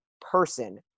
person